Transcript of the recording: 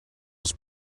was